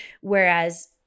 Whereas